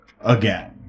again